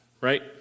right